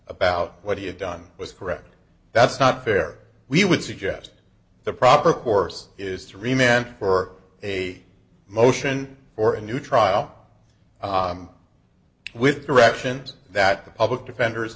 about what he had done was correct that's not fair we would suggest the proper course is three men for a motion for a new trial with directions that the public defender